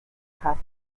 kasse